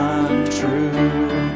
untrue